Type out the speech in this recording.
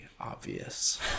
obvious